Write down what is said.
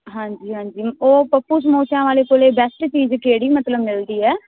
ਹਾਂਜੀ ਹਾਂਜੀ ਉਹ ਪੱਪੂ ਸਮੋਸਿਆਂ ਵਾਲੇ ਕੋਲ ਬੈਸਟ ਚੀਜ਼ ਕਿਹੜੀ ਮਤਲਬ ਮਿਲਦੀ ਹੈ